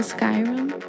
Skyrim